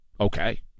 Okay